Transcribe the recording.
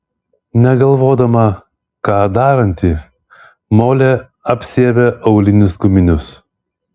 negalvodama ką daranti molė apsiavė aulinius guminius